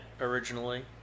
originally